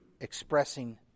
expressing